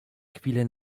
chwilę